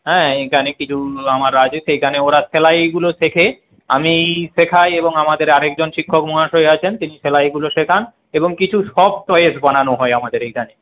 হ্যাঁ এইখানে কিছু আমার আছে সেইখানে ওরা সেলাইগুলো শেখে আমিই শেখাই এবং আমাদের আরেকজন শিক্ষক মহাশয় আছেন তিনি সেলাইগুলো শেখান এবং কিছু সফট টয়েস বানানো হয় আমাদের এইখানে